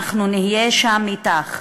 אנחנו נהיה שם אתך,